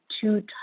two